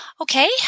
Okay